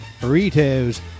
burritos